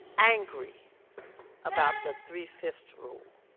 angry about the three fifths rule.